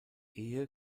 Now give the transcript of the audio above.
ehe